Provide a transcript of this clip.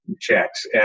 checks